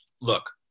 look